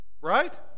Right